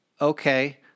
okay